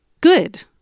good